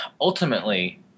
ultimately